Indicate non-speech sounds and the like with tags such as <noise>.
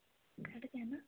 <unintelligible>